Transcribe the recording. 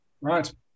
right